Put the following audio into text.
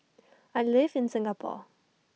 I live in Singapore